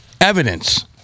evidence